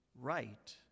right